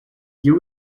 you